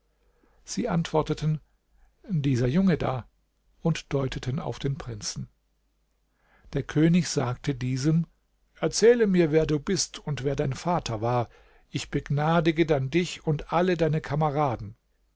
sie antworteten dieser junge da und deuteten auf den prinzen der könig sagte diesem erzähle mir wer du bist und wer dein vater war ich begnadige dann dich und alle deine kameraden